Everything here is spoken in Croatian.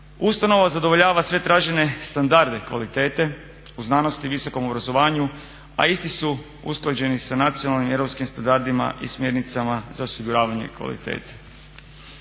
Ustanova zadovoljava sve tražene standarde kvalitete u znanosti i visokom obrazovanju a isti su usklađeni sa nacionalnim europskim standardima i smjernicama za osiguravanje kvalitete.